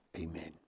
Amen